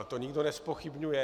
To nikdo nezpochybňuje.